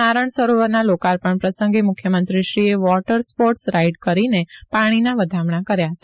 નારણ સરોવરના લોકાર્પણ પ્રસંગે મુખ્યમંત્રીશ્રીએ વોટર સ્પોટર્સ રાઇડ કરી પાણીના વધામણા કર્યા હતા